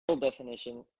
definition